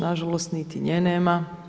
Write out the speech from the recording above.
Nažalost niti nje nema.